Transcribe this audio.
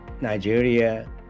Nigeria